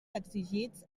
exigits